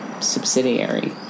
subsidiary